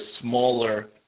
smaller